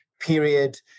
period